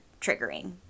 triggering